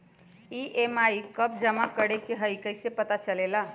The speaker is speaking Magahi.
ई.एम.आई कव जमा करेके हई कैसे पता चलेला?